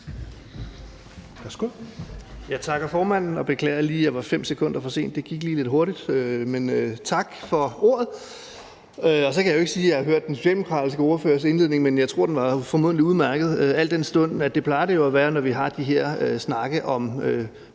tak for ordet.